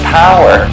power